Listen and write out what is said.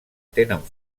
tenen